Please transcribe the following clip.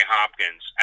Hopkins